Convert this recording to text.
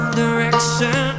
direction